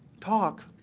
talk,